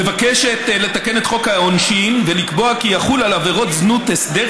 מבקשת לתקן את חוק העונשין ולקבוע כי יחול על עבירות זנות הסדר